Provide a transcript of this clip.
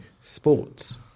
sports